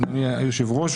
אדוני היושב-ראש,